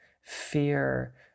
fear